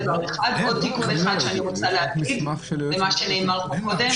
עוד תיקון אחד שאני רוצה לומר לגבי מה שנאמר כאן קודם.